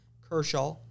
Kershaw